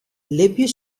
libje